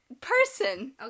person